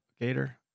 Gator